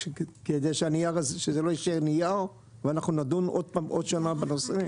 כדי שזה לא יישאר נייר ואנחנו נדון עוד פעם עוד שנה בנושא?